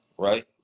Right